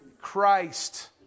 Christ